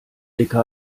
dicker